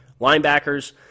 Linebackers